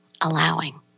allowing